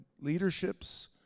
leaderships